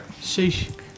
Sheesh